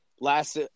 Last